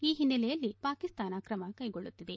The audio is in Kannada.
ಈ ಹಿನ್ನೆಲೆಯಲ್ಲಿ ಪಾಕಿಸ್ತಾನ ಕ್ರಮ ಕೈಗೊಳ್ಳುತ್ತಿದೆ